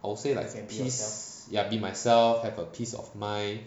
I would say like peace ya be myself have a peace of mind